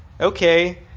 okay